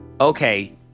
okay